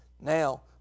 Now